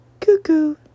Cuckoo